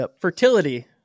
Fertility